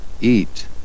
eat